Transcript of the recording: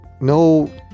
No